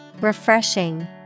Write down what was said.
refreshing